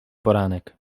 poranek